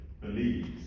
believes